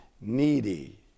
Needy